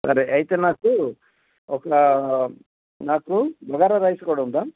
సరే అయితే నాకు ఒక నాకు బగారా రైస్ కూడా ఉందా